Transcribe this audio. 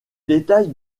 détails